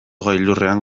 gailurrean